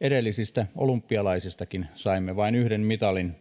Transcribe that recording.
edellisistä olympialaisistakin saimme vain yhden mitalin